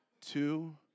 two